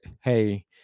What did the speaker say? hey